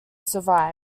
survived